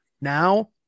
now